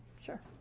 Sure